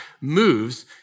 moves